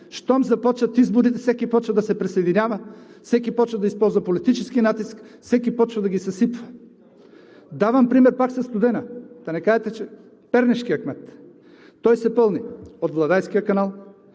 Щом започнат изборите, всеки започва да се присъединява, всеки започва да използва политически натиск, всеки започва да ги съсипва. Давам пример пак със „Студена“, с пернишкия кмет. Той се пълни от Владайския канал,